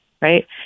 right